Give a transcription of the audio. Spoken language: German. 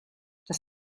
das